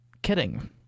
Kidding